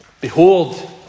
Behold